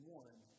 one